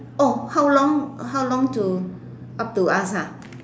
oh how long how long to up to us ah